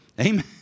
Amen